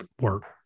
work